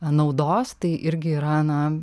naudos tai irgi yra na